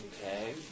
Okay